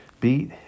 beat